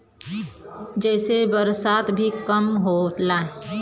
जेसे बरसात भी कम होला